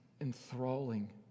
enthralling